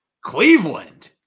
Cleveland